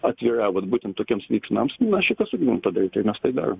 atvira vat būtent tokiems veiksmams nu mes šitą sugebam padaryt tai mes tai darom